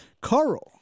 Carl